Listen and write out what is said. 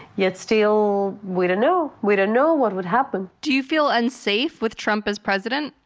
yet still we don't know. we don't know what would happen. do you feel unsafe with trump as president?